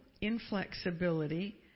inflexibility